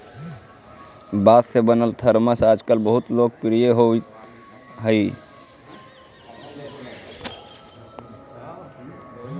बाँस से बनल थरमस आजकल बहुत लोकप्रिय होवित हई